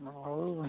ହ ହଉ